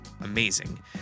amazing